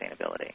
sustainability